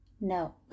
No